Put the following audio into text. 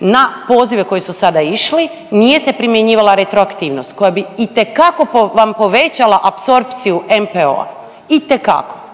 na pozive koji su sada išli nije se primjenjivala retroaktivnost koja bi itekako vam povećala apsorpciju NPO-a,